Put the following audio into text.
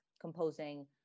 composing